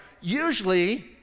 Usually